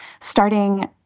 starting